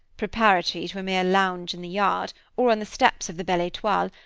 preparatory to a mere lounge in the yard, or on the steps of the belle etoile,